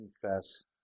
confess